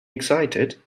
excited